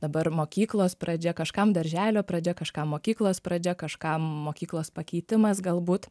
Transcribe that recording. dabar mokyklos pradžia kažkam darželio pradžia kažkam mokyklos pradžia kažkam mokyklos pakeitimas galbūt